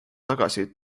tagasi